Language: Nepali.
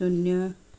शून्य